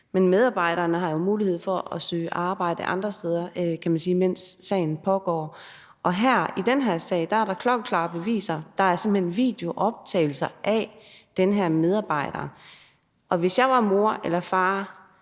men medarbejderen har jo mulighed for at søge arbejde andre steder, mens sagen pågår. Og i den her sag er der klokkeklare beviser. Der er simpelt hen videooptagelser af den her medarbejder. Og hvis jeg var mor eller far